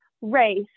race